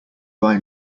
buy